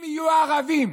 אם יהיו ערבים